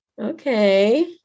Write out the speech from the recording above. Okay